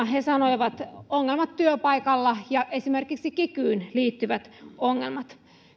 he sanoivat ongelmat työpaikalla ja esimerkiksi kikyyn liittyvät ongelmat